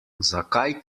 zakaj